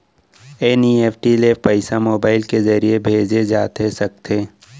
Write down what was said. NEFT ले पइसा mobile के ज़रिए भेजे जाथे सकथे?